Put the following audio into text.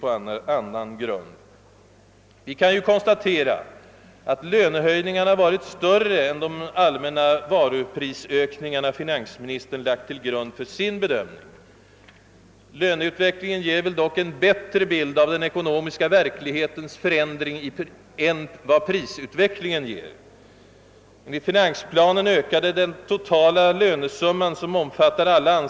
Man kan konstatera att lönehöjningarna varit större än de allmänna varuprisökningar, som finansministern lagt till grund för sin bedömning, och löneutvecklingen ger väl dock en bättre bild av den ekonomiska verklighetens förändring än vad prisutvecklingen gör.